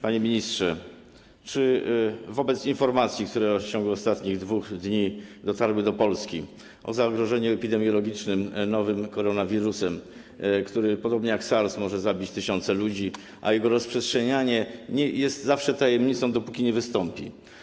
Panie ministrze, czy wobec informacji, które w ciągu ostatnich 2 dni dotarły do Polski, o zagrożeniu epidemiologicznym nowym koronawirusem, który podobnie jak SARS może zabić tysiące ludzi, a jego rozprzestrzenianie jest zawsze tajemnicą, dopóki nie wystąpi.